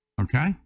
Okay